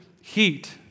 heat